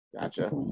Gotcha